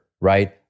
right